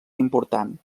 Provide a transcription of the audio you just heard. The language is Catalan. important